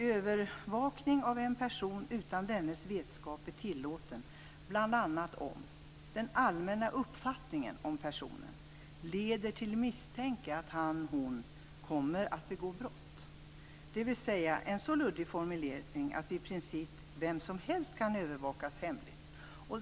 Övervakning av en person utan dennes vetskap är tillåten, bl.a. om den allmänna uppfattningen om personen leder till misstanke om att han eller hon kommer att begå brott, dvs. en så luddig formulering att i princip vem som helst kan övervakas hemligt.